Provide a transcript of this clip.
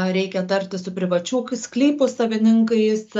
reikia tartis su privačių k sklypų savininkais